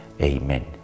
Amen